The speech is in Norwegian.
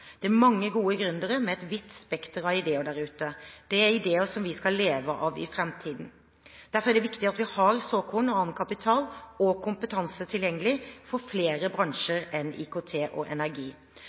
Det er mange gode gründere med et vidt spekter av ideer der ute – ideer som vi skal leve av i framtiden. Derfor er det viktig at vi har såkornfond og annen kapital og kompetanse tilgjengelig for flere